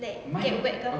like get wet ke apa